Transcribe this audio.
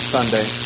Sunday